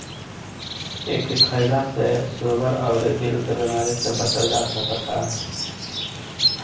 एके खईला से सुगर अउरी दिल के बेमारी से बचल जा सकता